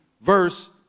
verse